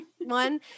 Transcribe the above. one